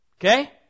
Okay